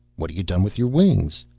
what you done with your wings?